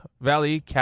Valley